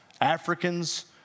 Africans